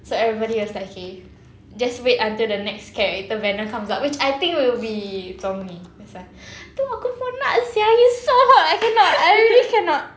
so everybody was like okay just wait until the next character banner comes up which I think will be zhong li that's why tu aku pun nak sia he's so hot I cannot I really cannot